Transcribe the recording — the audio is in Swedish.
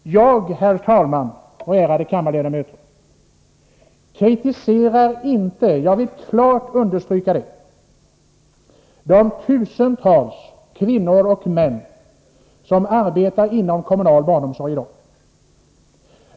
Jag, herr talman och ärade kammarledamöter, kritiserar inte — jag vill klart understryka detta — de tusentals kvinnor och män som arbetar inom den kommunala barnomsorgen i dag.